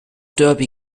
derby